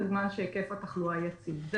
בזמן שהיקף התחלואה יציב.